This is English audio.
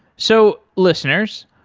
so, listeners,